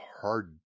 hard